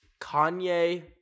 Kanye